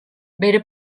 bere